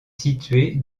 situé